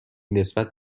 نسبت